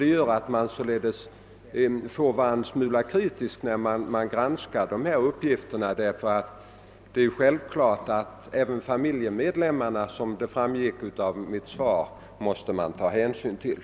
Det gör att man får lov att vara något kritisk vid granskning av tidningsuppgifterna, ty det är självklart att även familjemedlemmarna, vilket framgick av mitt svar, måste komma i åtanke.